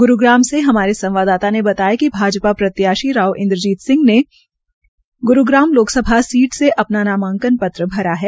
ग्रूग्राम से हमारे संवाददाता ने बताया कि भाजपा प्रत्याशी राव इन्द्रजीत सिंह ने गुरूग्राम लोकसभा सीट से अपना नामांकन पत्र भरा है